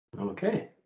Okay